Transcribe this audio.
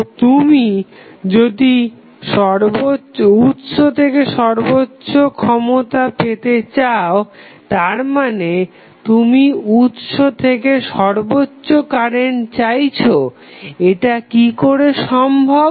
তো তুমি যদি উৎস থেকে সর্বোচ্চ ক্ষমতা পেতে চাও তারমানে তুমি উৎস থেকে সর্বোচ্চ কারেন্ট চাইছো এটা কি করে সম্ভব